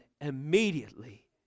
immediately